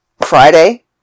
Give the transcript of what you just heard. Friday